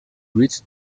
reached